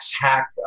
hack